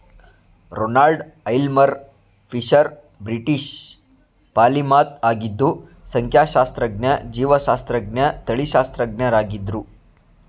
Ronald Aylmer Fisher British polymath ಆಗಿದ್ದು ಸಂಖ್ಯಾಶಾಸ್ತ್ರಜ್ಞ ಜೀವಶಾಸ್ತ್ರಜ್ಞ ತಳಿಶಾಸ್ತ್ರಜ್ಞರಾಗಿದ್ರು